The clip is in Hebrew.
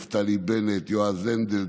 יועז הנדל,